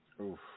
Oof